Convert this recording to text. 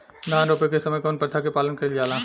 धान रोपे के समय कउन प्रथा की पालन कइल जाला?